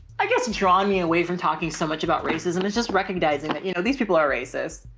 i guess drawn me away from talking so much about racism is just recognizing that, you know, these people are racist,